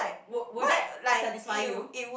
would would that satisfy you